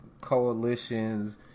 coalitions